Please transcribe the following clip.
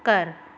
ਘਰ